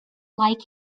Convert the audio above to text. like